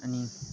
अनि